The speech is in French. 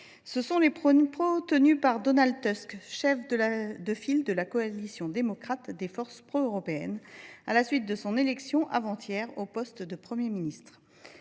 tels sont les propos tenus par Donald Tusk, chef de file de la coalition démocrate des forces pro européennes, à la suite de son élection, avant hier, au poste de Premier ministre,